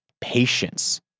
patience